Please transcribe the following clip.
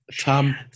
Tom